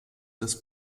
des